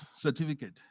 certificate